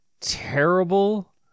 terrible